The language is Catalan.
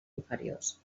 inferiors